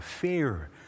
fear